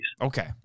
Okay